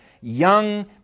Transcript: young